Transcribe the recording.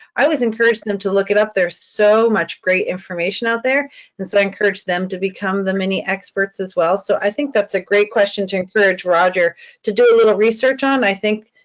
i always encouraged them to look it up. there's so much great information out there and so i encourage them to become the mini experts as well. so i think that's a great question to encourage roger to do a little research on. i think,